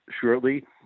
shortly